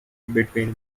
between